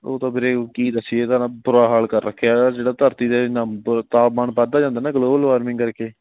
ਉਹ ਤਾਂ ਵੀਰੇ ਕੀ ਦੱਸੀਏ ਇਹਦਾ ਨਾ ਬੁਰਾ ਹਾਲ ਕਰ ਰੱਖਿਆ ਜਿਹੜਾ ਧਰਤੀ ਦੇ ਨੰਬ ਤਾਪਮਾਨ ਵੱਧਦਾ ਜਾਂਦਾ ਨਾ ਗਲੋਬਲ ਵਾਰਮਿੰਗ ਕਰਕੇ